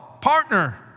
partner